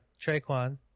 Traquan